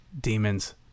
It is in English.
Demons